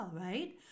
right